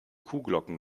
kuhglocken